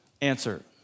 Answer